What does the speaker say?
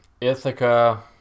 Ithaca